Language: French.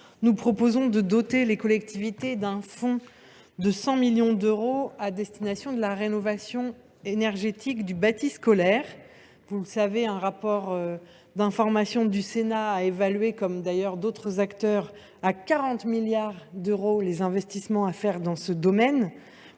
nous proposons de doter les collectivités d’un fonds de 100 millions d’euros à destination de la rénovation énergétique du bâti scolaire. Comme vous le savez, le rapport d’information du Sénat a évalué, à l’instar d’autres acteurs, à 40 milliards d’euros les investissements à réaliser dans ce domaine